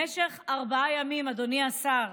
במשך ארבעה ימים, אדוני השר,